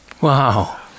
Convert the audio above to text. Wow